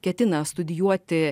ketina studijuoti